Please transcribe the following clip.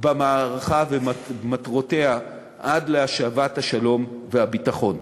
במערכה ומטרותיה עד להשבת השלום והביטחון.